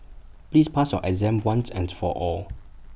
please pass your exam once and for all